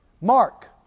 Mark